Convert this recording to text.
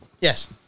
Yes